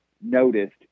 noticed